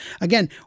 again